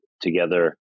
together